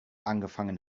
angefangen